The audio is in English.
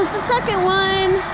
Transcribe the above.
the second one!